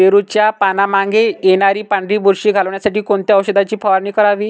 पेरूच्या पानांमागे येणारी पांढरी बुरशी घालवण्यासाठी कोणत्या औषधाची फवारणी करावी?